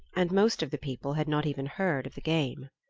and most of the people had not even heard of the game.